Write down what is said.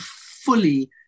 fully